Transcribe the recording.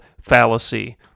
fallacy